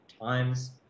times